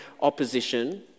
opposition